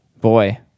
Boy